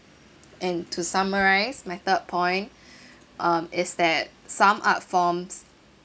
and to summarise my third point um is that some art forms